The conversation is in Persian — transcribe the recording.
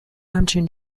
همچین